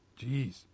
Jeez